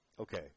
Okay